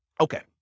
okay